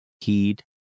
Heed